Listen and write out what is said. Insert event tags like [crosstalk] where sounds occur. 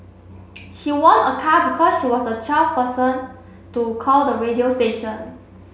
[noise] she won a car because she was the twelfth person to call the radio station